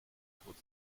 kurz